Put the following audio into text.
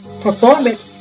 performance